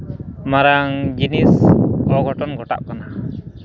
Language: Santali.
ᱢᱟᱨᱟᱝ ᱡᱤᱱᱤᱥ ᱚᱜᱷᱚᱴᱚᱱ ᱜᱷᱚᱴᱟᱜ ᱠᱟᱱᱟ